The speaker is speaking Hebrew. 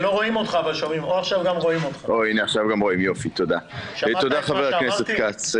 תודה חבר הכנסת כץ.